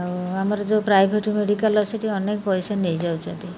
ଆଉ ଆମର ଯେଉଁ ପ୍ରାଇଭେଟ୍ ମେଡ଼ିକାଲ୍ ସେଇଠି ଅନେକ ପଇସା ନେଇଯାଉଛନ୍ତି